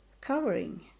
covering